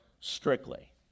strictly